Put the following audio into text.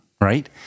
Right